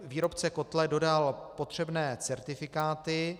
Výrobce kotle dodal potřebné certifikáty.